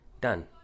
done